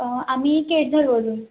आम्ही केडझरवरून